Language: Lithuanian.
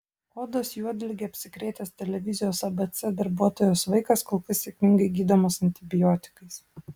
odos juodlige apsikrėtęs televizijos abc darbuotojos vaikas kol kas sėkmingai gydomas antibiotikais